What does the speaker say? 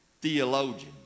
theologian